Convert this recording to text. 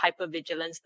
hypervigilance